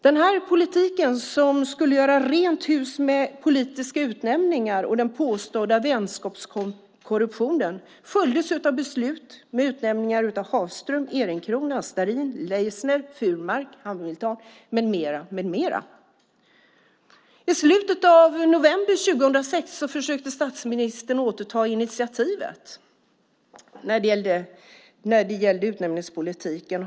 Den politik som skulle göra rent hus med politiska utnämningar och den påstådda vänskapskorruptionen följdes av beslut om utnämningar av Hafström, Ehrenkrona, Starrin, Leissner, Furmark, Hamilton med flera. I slutet av november 2006 försökte statsministern återta initiativet när det gällde utnämningspolitiken.